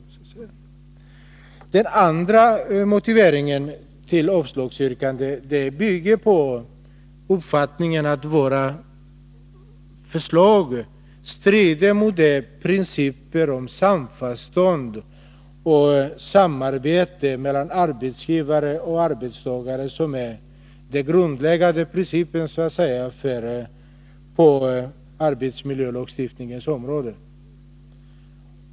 Kjell Nilssons andra motivering för avslagsyrkandena bygger på uppfattningen att våra förslag strider mot de grundläggande principerna om samförstånd och samarbete mellan arbetsgivare och arbetstagare på arbetsmiljölagstiftningens område.